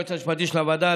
היועץ המשפטי של הוועדה,